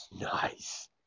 Nice